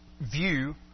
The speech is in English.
view